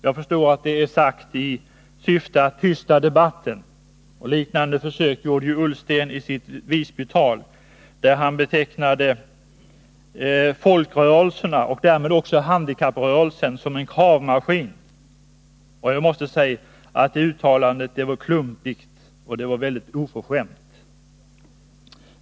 Jag förstår att det är sagt i syfte att tysta debatten. Liknande försök gjorde ju Ola Ullsten i sitt Visbytal, där han betecknade folkrörelserna och därmed också handikapprörelsen som kravmaskiner. Jag måste säga att det uttalandet var klumpigt och väldigt oförskämt.